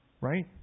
Right